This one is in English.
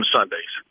Sundays